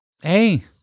hey